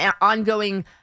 ongoing